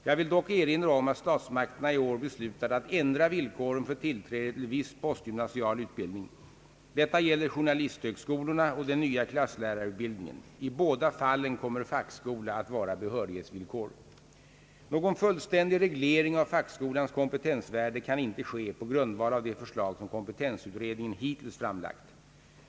Jag vill dock erinra om att statsmakterna i år beslutat att ändra villkoren för tillträde till viss postgymnasial utbildning. Detta gäller journalisthögskolorna och den nya klasslärarutbildningen, I båda fallen kommer fackskola att vara behörighetsvillkor. Någon fullständig reglering av fackskolans kompetensvärde kan inte ske på grundval av de förslag som kompetensutredningen hittills framlagt.